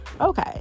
Okay